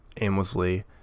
aimlessly